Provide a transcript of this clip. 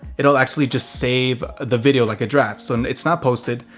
it'll actually just save the video like a draft. so and it's not posted.